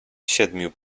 siedmiu